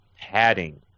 padding